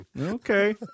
Okay